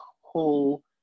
whole